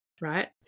right